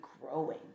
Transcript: growing